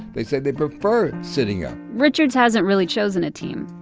they said they prefer sitting up richards hasn't really chosen a team.